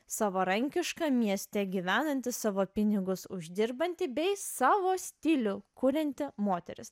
savarankiška mieste gyvenanti savo pinigus uždirbanti bei savo stilių kurianti moteris